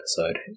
episode